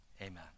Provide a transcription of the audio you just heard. Amen